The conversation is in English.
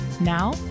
Now